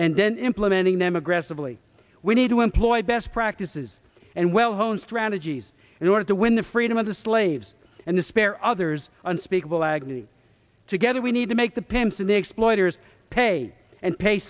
then implementing them aggressively we need to employ best practices and well honed strategies in order to win the freedom of the slaves and the spare others unspeakable agony together we need to make the pimps and the exploiters pay and pay